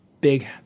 big